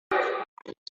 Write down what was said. như